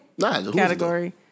category